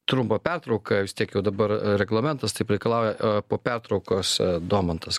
trumpą pertrauką vis tiek jau dabar a reglamentas taip reikalauja a po pertraukos domantas